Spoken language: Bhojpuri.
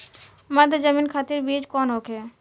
मध्य जमीन खातिर बीज कौन होखे?